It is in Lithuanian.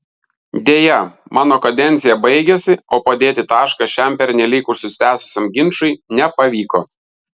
deja mano kadencija baigėsi o padėti tašką šiam pernelyg užsitęsusiam ginčui nepavyko